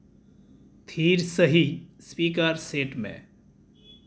ᱛᱷᱤᱨ ᱥᱟᱹᱦᱤᱡ speaker set ᱢᱮ